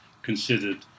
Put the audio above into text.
considered